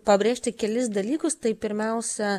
pabrėžti kelis dalykus tai pirmiausia